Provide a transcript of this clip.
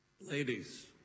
Ladies